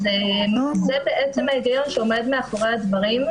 אז זה בעצם ההיגיון שעומד מאחורי הדברים,